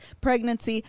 pregnancy